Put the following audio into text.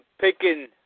Picking